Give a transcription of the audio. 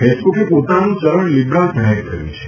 ફેસબૂકે પોતાનું ચલણ લીબ્રા જાહેર કર્યું છે